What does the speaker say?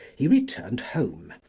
he returned home,